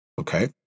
Okay